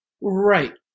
Right